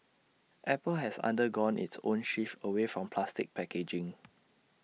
apple has undergone its own shift away from plastic packaging